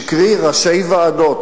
קרי ראשי ועדות,